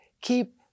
keep